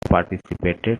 participated